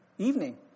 Evening